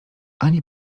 ani